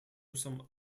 some